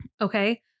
Okay